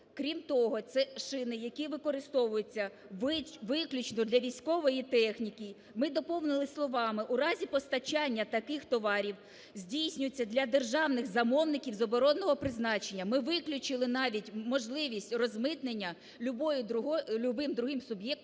крім того, це шини, які використовуються виключно для військової техніки. Ми доповнили словами "у разі постачання таких товарів здійснюються для державних замовників з оборонного призначення". Ми виключили навіть можливість розмитнення любим другим суб'єктом